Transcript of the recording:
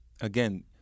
again